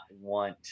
want